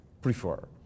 prefer